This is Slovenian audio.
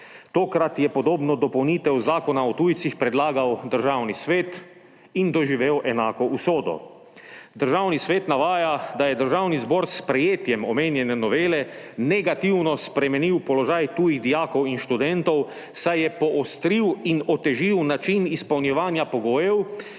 Tokrat je podobno dopolnitev Zakona o tujcih predlagal Državni svet in doživel enako usodo. Državni svet navaja, da je Državni zbor s sprejetjem omenjene novele negativno spremenil položaj tujih dijakov in študentov, saj je poostril in otežil način izpolnjevanja pogojev,